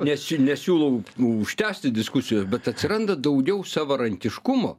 nes čia nesiūlau užtęsti diskusijos bet atsiranda daugiau savarankiškumo